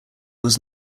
was